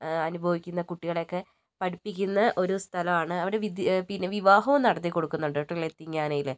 അനുഭവിക്കുന്ന കുട്ടികളെ ഒക്കേ പഠിപ്പിക്കുന്ന ഒരു സ്ഥലമാണ് അവിടെ വിദ്യ പിന്നേ വിവാഹവും നടത്തിക്കൊടുക്കുന്നുണ്ട് കേട്ടൊ ലത്തിം ഖാനയിൽ